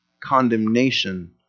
condemnation